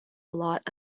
lot